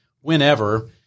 whenever